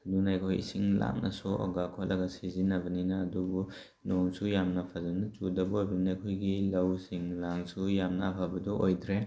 ꯑꯗꯨꯅ ꯑꯩꯈꯣꯏ ꯏꯁꯤꯡ ꯂꯥꯞꯅ ꯁꯣꯛꯑꯒ ꯈꯣꯠꯂꯒ ꯁꯤꯖꯤꯟꯅꯕꯅꯤꯅ ꯑꯗꯨꯕꯨ ꯅꯣꯡꯁꯨ ꯌꯥꯝꯅ ꯐꯖꯅ ꯆꯨꯗꯕ ꯑꯣꯏꯕꯅꯤꯅ ꯑꯩꯈꯣꯏꯒꯤ ꯂꯧꯁꯤꯡ ꯂꯥꯡꯁꯨ ꯌꯥꯝꯅ ꯑꯐꯕꯗꯣ ꯑꯣꯏꯗ꯭ꯔꯦ